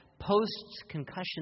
post-concussion